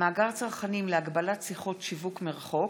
(מאגר צרכנים להגבלת שיחות שיווק מרחוק),